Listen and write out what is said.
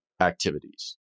activities